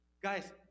Guys